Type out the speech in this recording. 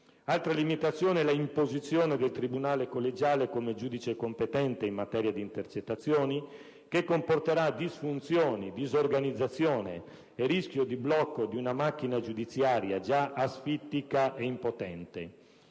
Altra limitazione è l'imposizione del tribunale collegiale come giudice competente in materia di intercettazioni, che comporterà disfunzioni, disorganizzazione e rischio di blocco di una macchina giudiziaria già asfittica e impotente.